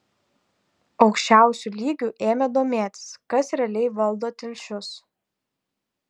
aukščiausiu lygiu ėmė domėtis kas realiai valdo telšius